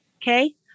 okay